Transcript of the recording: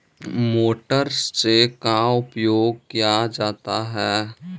Motor से का उपयोग क्या जाता है?